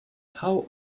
how